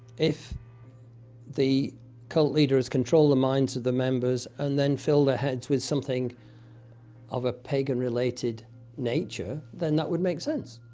if the cult leaders control the minds of the members and then fill their heads with something of a pagan-related nature, then that would make sense.